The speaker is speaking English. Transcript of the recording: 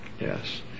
Yes